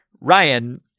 Ryan